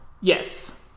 Yes